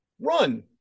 run